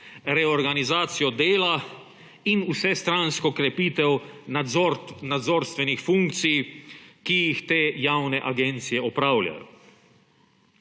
reorganizacijo dela in vsestransko krepitev nadzorstvenih funkcij, ki jih te javne agencije opravljajo.